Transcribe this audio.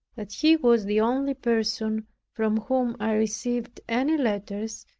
that he was the only person from whom i received any letters,